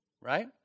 Right